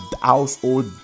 Household